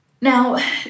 now